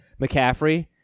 McCaffrey